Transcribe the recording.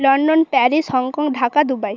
London Paris Hong Kong Dhaka Dubai